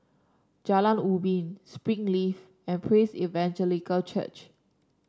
Jalan Ubin Springleaf and Praise Evangelical Church